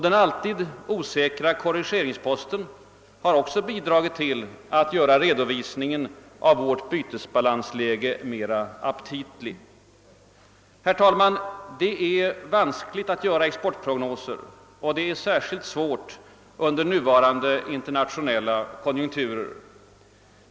Den alltid osäkra korrigeringsposten har också bidragit till att göra redovisningen av vårt bytesbalansläge mer aptitlig. Herr talman! Det är vanskligt att göra exportprognoser och det är särskilt svårt under nuvarande internationella konjunkturer.